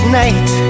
night